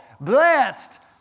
blessed